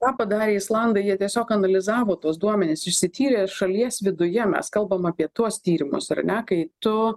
ką padarė islandai jie tiesiog analizavo tuos duomenis išsityrė šalies viduje mes kalbam apie tuos tyrimus ar ne kai tu